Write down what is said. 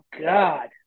God